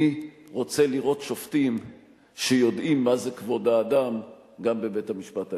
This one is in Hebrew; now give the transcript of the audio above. אני רוצה לראות שופטים שיודעים מה זה כבוד האדם גם בבית-המשפט העליון.